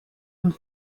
und